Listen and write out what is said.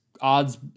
odds